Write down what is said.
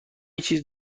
چیز